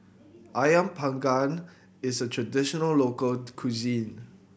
Ayam Panggang is a traditional local cuisine